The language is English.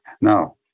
Now